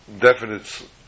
definite